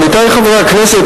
עמיתי חברי הכנסת,